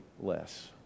less